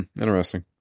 interesting